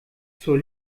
zur